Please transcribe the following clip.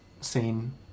scene